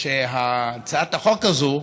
הצעת החוק הזאת,